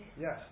Yes